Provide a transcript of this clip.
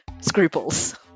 Scruples